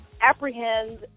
apprehend